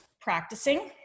practicing